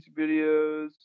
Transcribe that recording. videos